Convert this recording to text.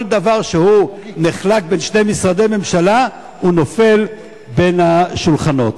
כל דבר שנחלק בין שני משרדי ממשלה נופל בין השולחנות.